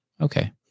Okay